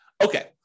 Okay